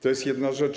To jest jedna rzecz.